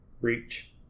reach